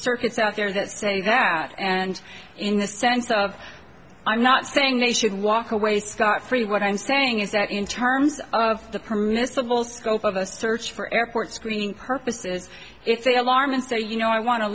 circuits out there that say that and in the sense of i'm not saying they should walk away scot free what i'm saying is that in terms of the permissible scope of the search for airport screening purposes it's the alarm and say you know i wan